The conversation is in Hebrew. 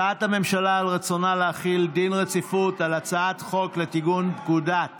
הודעת הממשלה על רצונה להחיל דין רציפות על הצעת חוק לתיקון פקודת